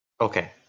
Okay